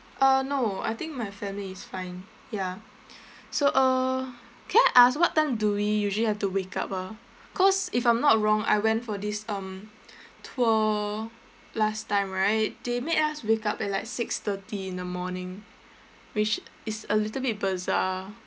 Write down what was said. uh no I think my family is fine ya so uh can I ask what time do we usually have to wake up ah cause if I'm not wrong I went for this um tour last time right they made us wake up at like six thirty in the morning which is a little bit bizarre